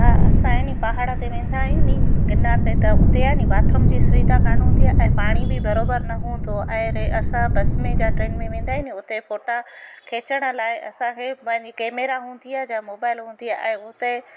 हा असां आहे नी पहाड़ ते वेंदा आहियूं नि गिरनार ते त उते आहे नि बाथरूम जी सुविधा कोन्ह हूंदी आहे ऐं पाणी बि बराबरि न हूंदो आहे ऐं रे असां बस में या ट्रेन में वेंदा आहियूं न हुते फ़ोटा खिचण लाइ असांखे पंहिंजी कैमरा हूंदी आहे ज मोबाइल हूंदी आहे हुते